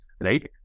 right